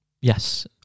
yes